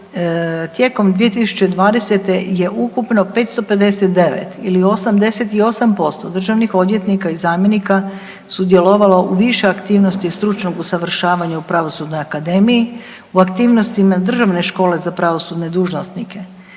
tijekom 2020. je ukupno 559 ili 88% državnih odvjetnika i zamjenika sudjelovalo u više aktivnosti stručnog usavršavanja u Pravosudnoj akademiji u aktivnostima Državne škole za pravosudne dužnosnike.